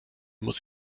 muss